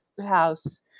house